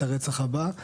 את הרצח הבא.